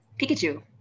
Pikachu